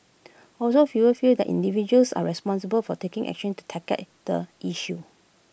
also fewer feel that individuals are responsible for taking action to tackle at the issue